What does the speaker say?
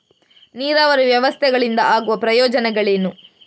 ನೀರಾವರಿ ವ್ಯವಸ್ಥೆಗಳಿಂದ ಆಗುವ ಪ್ರಯೋಜನಗಳೇನು?